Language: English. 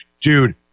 Dude